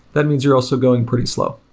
that means you're also going pretty slow.